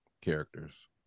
characters